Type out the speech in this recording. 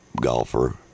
golfer